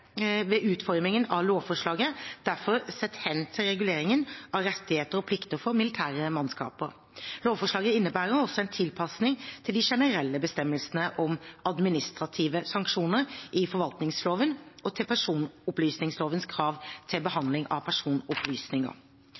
ved utformingen av lovforslaget derfor sett hen til reguleringen av rettigheter og plikter for militære mannskaper. Lovforslaget innebærer også en tilpasning til de generelle bestemmelsene om administrative sanksjoner i forvaltningsloven og til personopplysningslovens krav til behandling av personopplysninger.